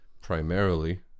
primarily